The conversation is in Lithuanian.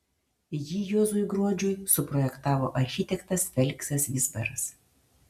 jį juozui gruodžiui suprojektavo architektas feliksas vizbaras